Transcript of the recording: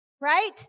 right